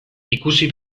ikusi